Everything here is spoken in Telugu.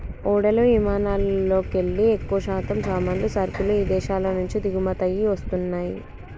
ఓడలు విమానాలల్లోకెల్లి ఎక్కువశాతం సామాన్లు, సరుకులు ఇదేశాల నుంచి దిగుమతయ్యి వస్తన్నయ్యి